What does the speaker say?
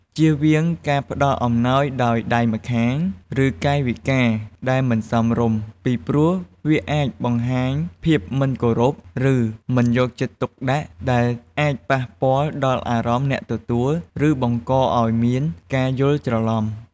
ជៀសវាងការផ្តល់អំណោយដោយដៃម្ខាង ឬកាយវិការដែលមិនសមរម្យ ពីព្រោះវាអាចបង្ហាញភាពមិនគោរព ឬមិនយកចិត្តទុកដាក់ ដែលអាចប៉ះពាល់ដល់អារម្មណ៍អ្នកទទួល ឬបង្កឲ្យមានការយល់ច្រឡំ។